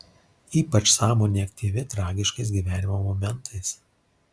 ypač sąmonė aktyvi tragiškais gyvenimo momentais